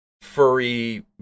furry